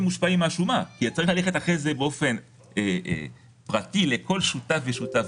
מושפעים מהשומה כי צריך ללכת אחרי זה באופן פרטי לכל שותף ושותף